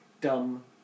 dumb